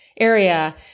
area